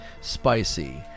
spicy